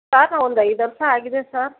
sir ನಾವೊಂದು ಐದು ವರ್ಷ ಆಗಿದೆ ಸಾರ್